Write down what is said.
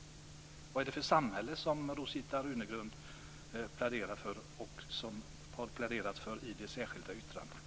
Vad är det för samhälle som Rosita Runegrund pläderar för och som det pläderas för i det särskilda yttrandet?